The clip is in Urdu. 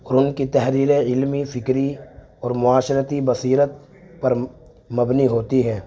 اور ان کی تحریریں علمی فکری اور معاشرتی بصیرت پر مبنی ہوتی ہیں